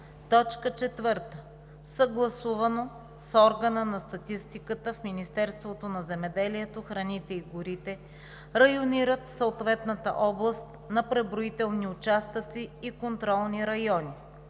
на място; 4. съгласувано с органа на статистиката в Министерството на земеделието, храните и горите районират съответната област на преброителни участъци и контролни райони;